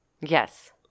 Yes